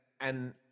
and-